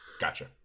Gotcha